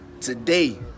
Today